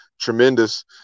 tremendous